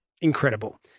incredible